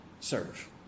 serve